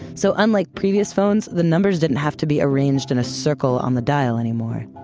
so unlike previous phones, the numbers didn't have to be arranged in a circle on the dial anymore.